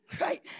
right